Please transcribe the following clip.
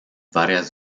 varias